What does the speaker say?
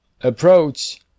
Approach